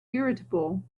irritable